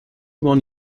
one